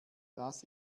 das